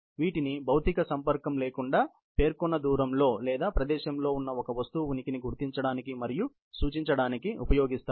వీటిని భౌతిక సంపర్కం లేకుండా పేర్కొన్న దూరం లో లేదా ప్రదేశంలో ఒక వస్తువు ఉనికిని గుర్తించడానికి మరియు సూచించడానికి ఉపయోగిస్తారు